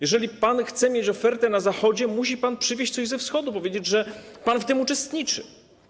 Jeżeli pan chce mieć ofertę na Zachodzie, musi pan przywieźć coś ze Wschodu, powiedzieć, że pan w tym uczestniczy.